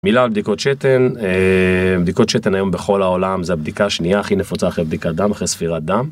מילה על בדיקות שתן, בדיקות שתן היום בכל העולם זה הבדיקה השנייה הכי נפוצה אחרי בדיקה דם, אחרי ספירת דם.